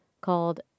called